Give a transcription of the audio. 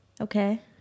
Okay